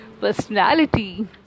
personality